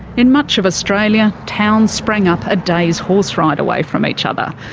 in much of australia, towns sprang up a day's horse ride away from each other.